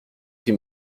prix